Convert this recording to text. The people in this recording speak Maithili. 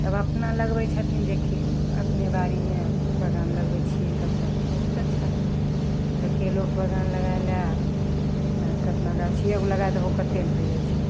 तब अपना लगबै छथिन जेकि अपने बाड़ीमे बगान लगबै छिए तब तऽ बहुत अच्छा तऽ केलोके बगान लगै लै कतना गाछी एगो लगै दहो कतेक ने हो जाइ छै